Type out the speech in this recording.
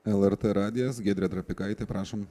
lrt radijas giedrė trapikaitė prašom